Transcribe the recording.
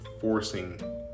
forcing